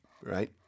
right